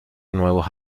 nuevos